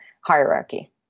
hierarchy